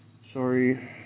Sorry